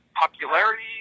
popularity